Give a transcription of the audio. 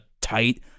tight